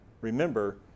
remember